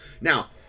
now